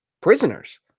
prisoners